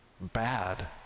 bad